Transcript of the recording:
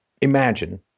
imagine